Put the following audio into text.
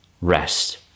rest